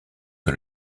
que